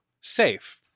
safe